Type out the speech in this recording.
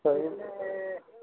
તો એ